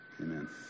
Amen